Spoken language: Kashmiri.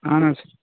اَہَن حظ